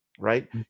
right